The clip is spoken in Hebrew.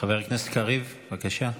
חברת הכנסת קריב, בבקשה.